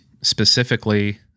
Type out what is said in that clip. specifically